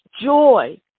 joy